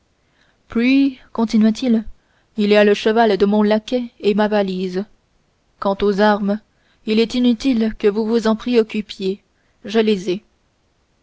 continua-t-il il y a le cheval de mon laquais et ma valise quant aux armes il est inutile que vous vous en préoccupiez je les ai